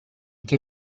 che